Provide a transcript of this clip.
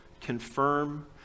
confirm